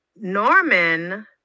Norman